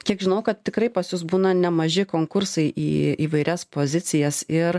kiek žinau kad tikrai pas jus būna nemaži konkursai į įvairias pozicijas ir